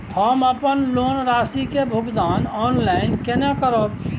हम अपन लोन राशि के भुगतान ऑनलाइन केने करब?